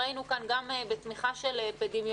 ראינו כאן גם בתמיכה של אפידמיולוגים,